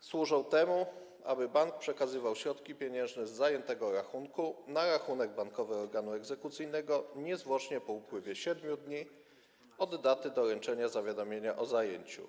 służą temu, aby bank przekazywał środki pieniężne z zajętego rachunku na rachunek bankowy organu egzekucyjnego niezwłocznie po upływie 7 dni od daty doręczenia zawiadomienia o zajęciu.